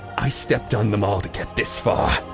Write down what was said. i stepped on them all to get this far.